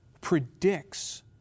predicts